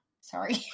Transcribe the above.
sorry